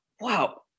wow